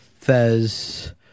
Fez